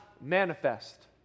Manifest